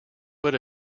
but